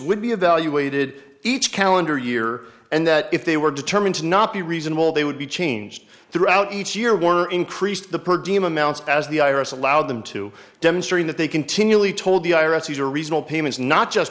be evaluated each calendar year and that if they were determined to not be reasonable they would be changed throughout each year warner increased the per diem amounts as the i r s allowed them to demonstrate that they continually told the iraqis are reasonable payments not just